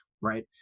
right